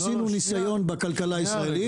עשינו ניסיון בכלכלה הישראלית,